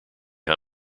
how